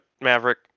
Maverick